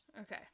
Okay